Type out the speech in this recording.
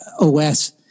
OS